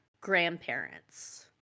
grandparents